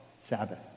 sabbath